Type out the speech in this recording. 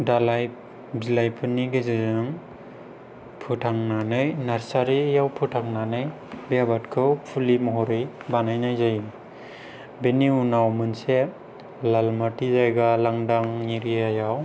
दालाय बिलायफोरनि गेजेरजों फोथांनानै नार्सारियाव फोथांनानै बे आबादखौ फुलि महरै बानायनाय जायो बेनि उनाव मोनसे लालमाटि जायगा लांदां एरियायाव